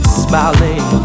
smiling